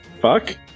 fuck